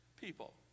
people